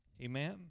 Amen